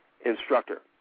instructor